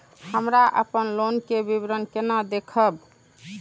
हमरा अपन लोन के विवरण केना देखब?